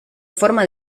forma